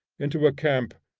into a camp,